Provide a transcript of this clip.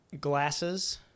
glasses